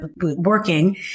working